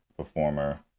Performer